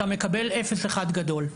אתה מקבל אפס אחד גדול.